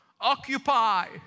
occupy